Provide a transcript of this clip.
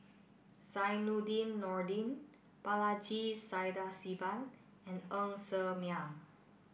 Zainudin Nordin Balaji Sadasivan and Ng Ser Miang